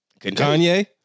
Kanye